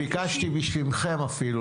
הנה, ביקשתי בשמכם אפילו.